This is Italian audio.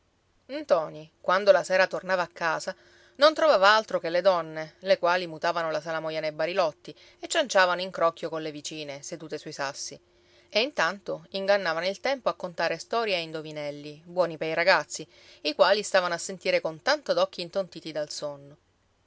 ntoni quando la sera tornava a casa non trovava altro che le donne le quali mutavano la salamoia nei barilotti e cianciavano in crocchio colle vicine sedute sui sassi e intanto ingannavano il tempo a contare storie e indovinelli buoni pei ragazzi i quali stavano a sentire con tanto d'occhi intontiti dal sonno